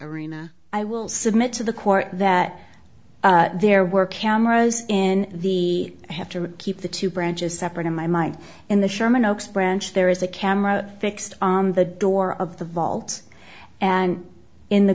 arena i will submit to the court that there were cameras in the have to keep the two branches separate in my mind in the sherman oaks branch there is a camera fixed on the door of the vault and in the